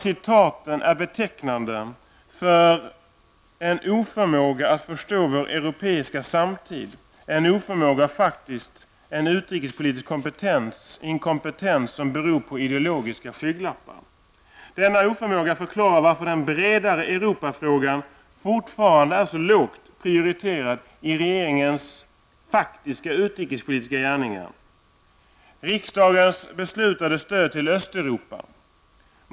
Citaten är betecknande för en oförmåga att förstå vår europeiska samtid -- en oförmåga och, faktiskt, utrikespolitisk inkompetens som beror på ideologiska skygglappar. Den oförmåga förklarar varför den bredare Europafrågan fortfarande är så lågt prioriterad i regeringens faktiska utrikespolitiska gärningar.